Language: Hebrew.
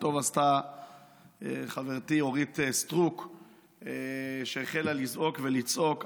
טוב עשתה חברתי אורית סטרוק שהחלה לזעוק ולצעוק.